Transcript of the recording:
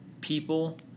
people